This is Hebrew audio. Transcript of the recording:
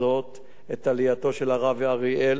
את עלייתו של הרב אריאל להר-הבית.